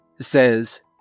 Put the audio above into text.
says